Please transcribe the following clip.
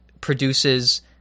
produces